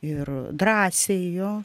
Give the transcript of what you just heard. ir drąsiai jo